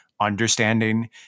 understanding